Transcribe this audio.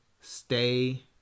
Stay